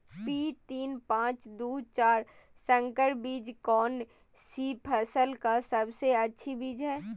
P तीन पांच दू चार संकर बीज कौन सी फसल का सबसे अच्छी बीज है?